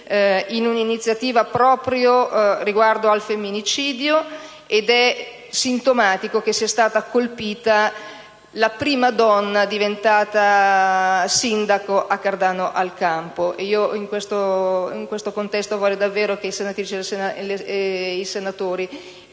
in un'iniziativa proprio riguardo al femminicidio ed è sintomatico che sia stata colpita la prima donna diventata sindaco a Cardano al Campo. In tale contesto vorrei davvero che le senatrici